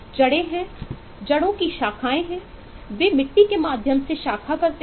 जड़ें हैंजड़ों की शाखाएं हैं वे मिट्टी के माध्यम से शाखा करते हैं